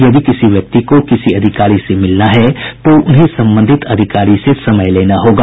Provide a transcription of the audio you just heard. यदि किसी व्यक्ति को किसी अधिकारी से मिलना है तो उन्हें संबंधित अधिकारी से समय लेना होगा